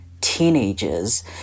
teenagers